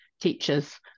teachers